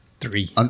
Three